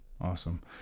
Awesome